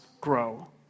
grow